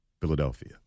Philadelphia